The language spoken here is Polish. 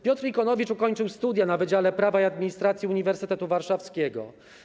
Piotr Ikonowicz ukończył studia na Wydziale Prawa i Administracji Uniwersytetu Warszawskiego.